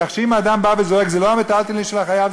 כך שאם אדם בא וזועק: זה לא המיטלטלין של החייב,